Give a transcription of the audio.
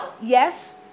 yes